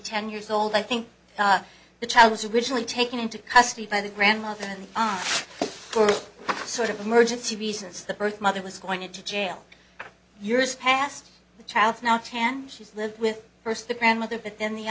ten years old i think the child was originally taken into custody by the grandmother and the sort of emergency reasons the birth mother was going into jail years past the child now ten she's lived with first the grandmother but then the